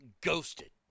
Ghosted